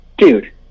Dude